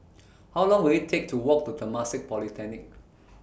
How Long Will IT Take to Walk to Temasek Polytechnic